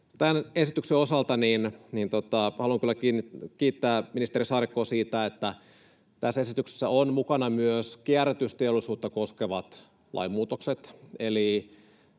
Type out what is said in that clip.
tämän esityksen osalta haluan kyllä kiittää ministeri Saarikkoa siitä, että tässä esityksessä ovat mukana myös kierrätysteollisuutta koskevat lainmuutokset.